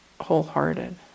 wholehearted